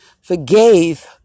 forgave